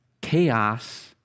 chaos